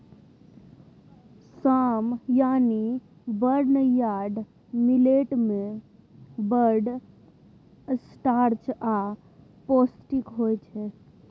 साम यानी barnyard millet मे बड़ स्टार्च आ पौष्टिक होइ छै